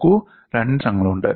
നോക്കൂ രണ്ട് പ്രശ്നങ്ങളുണ്ട്